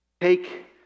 take